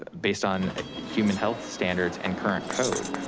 based on human health standards and current code.